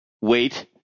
wait